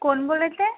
कोण बोलत आहे